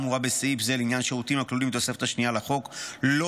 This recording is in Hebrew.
האמורה בסעיף זה לעניין שירותים הכלולים בתוספת השנייה לחוק לא